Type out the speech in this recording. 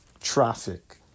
Traffic